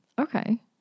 Okay